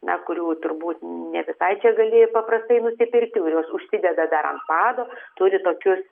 na kurių turbūt ne visai čia gali paprastai nusipirkti ir jos užsideda dar ant pado turi tokius